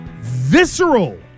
visceral